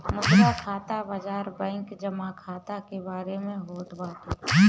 मुद्रा खाता बाजार बैंक जमा खाता के बारे में होत बाटे